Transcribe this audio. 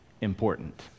important